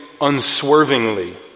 unswervingly